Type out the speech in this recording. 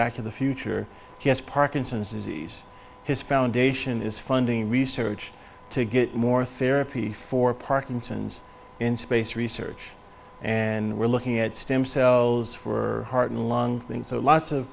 back to the future yes parkinson's disease his foundation is funding research to get more therapy for parkinson's in space research and we're looking at stem cells for heart and lung so lots of